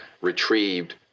retrieved